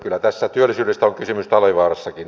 kyllä tässä työllisyydestä on kysymys talvivaarassakin